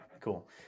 cool